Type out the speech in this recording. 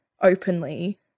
openly